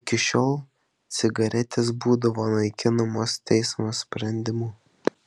iki šiol cigaretės būdavo naikinamos teismo sprendimu